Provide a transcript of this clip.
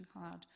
hard